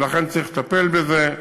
ולכן צריך לטפל בזה.